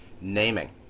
naming